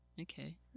Okay